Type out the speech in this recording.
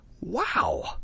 Wow